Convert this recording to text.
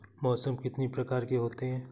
मौसम कितनी प्रकार के होते हैं?